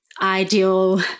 ideal